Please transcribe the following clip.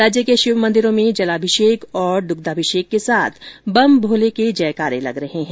राज्य के शिव मंदिरों में जलाभिषेक और द्ग्धाभिषेक के साथ बम भोले के जयकारे लग रहे हैं